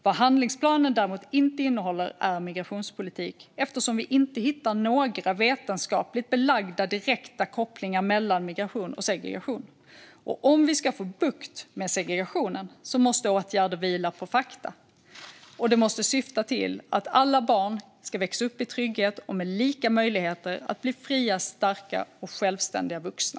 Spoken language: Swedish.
Vad handlingsplanen däremot inte innehåller är migrationspolitik eftersom vi inte hittar några vetenskapligt belagda direkta kopplingar mellan migration och segregation. Och om vi ska få bukt med segregationen måste åtgärder vila på fakta, och det måste syfta till att alla barn ska växa upp i trygghet och med lika möjligheter att bli fria, starka och självständiga vuxna.